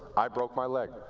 i broke my leg.